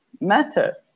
matter